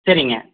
சரிங்க